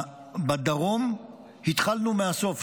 בדרום התחלנו מהסוף.